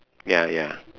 ya ya